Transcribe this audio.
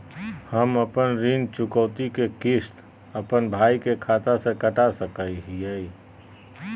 हम अपन ऋण चुकौती के किस्त, अपन भाई के खाता से कटा सकई हियई?